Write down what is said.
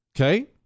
okay